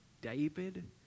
David